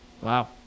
wow